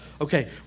Okay